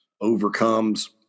overcomes